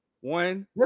One